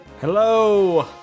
Hello